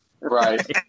Right